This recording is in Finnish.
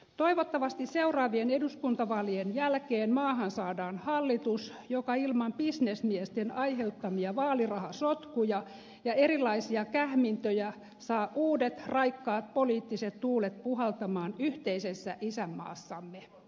toivottavasti seuraavien eduskuntavaa lien jälkeen maahan saadaan hallitus joka ilman bisnesmiesten aiheuttamia vaalirahasotkuja ja erilaisia kähmintöjä saa uudet raikkaat poliittiset tuulet puhaltamaan yhteisessä isänmaassamme